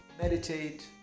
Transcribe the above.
meditate